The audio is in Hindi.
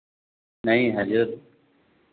नहीं हज़रत